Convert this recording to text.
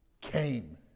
came